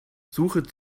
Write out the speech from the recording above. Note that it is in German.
suche